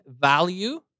value